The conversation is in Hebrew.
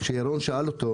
כשירון שאל אותו,